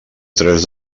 tres